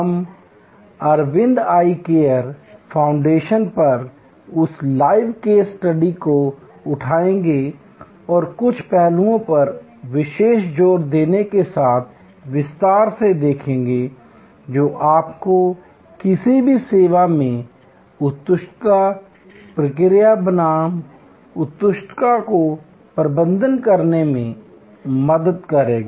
हम Arvind eye care foundation पर उस लाइव केस स्टडी को उठाएंगे और कुछ पहलुओं पर विशेष जोर देने के साथ विस्तार से देखेंगे जो आपको किसी भी सेवा में उत्कृष्टता प्रक्रियाओं बनाम उत्कृष्टता को प्रबंधित करने में मदद करेगा